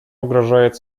угрожает